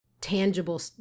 tangible